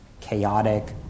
chaotic